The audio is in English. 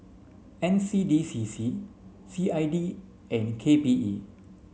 N C D C C C I D and K P E